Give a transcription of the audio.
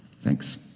Thanks